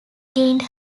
gained